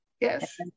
Yes